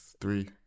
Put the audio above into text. three